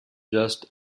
just